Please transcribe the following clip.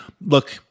look